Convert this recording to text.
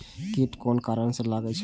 कीट कोन कारण से लागे छै?